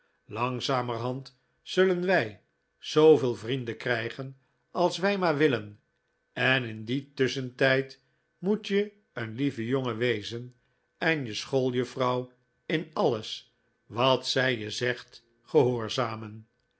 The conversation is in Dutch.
langzamerhand zullen wij zooveel vrienden krijgen als wij maar willen en in dien tusschentijd moet je een lieve jongen wezen en je schooljuffrouw in alles wat zij je zegt gehoorzamen